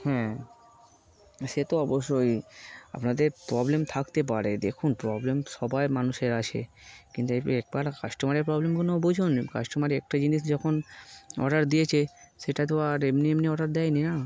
হ্যাঁ সে তো অবশ্যই আপনাদের প্রবলেম থাকতে পারে দেখুন প্রবলেম সব মানুষের আসে কিন্তু একবারে কাস্টমারের প্রবলেমগুলো বোঝুন কাস্টমার একটা জিনিস যখন অর্ডার দিয়েছে সেটা তো আর এমনি এমনি অর্ডার দেয়নি না